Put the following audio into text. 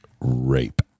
Rape